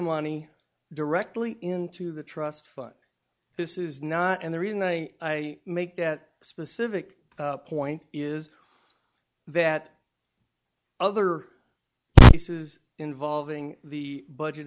money directly into the trust fund this is not and the reason i make that specific point is that other cases involving the budget